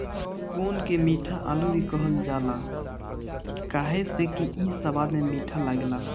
कोन के मीठा आलू भी कहल जाला काहे से कि इ स्वाद में मीठ लागेला